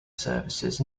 services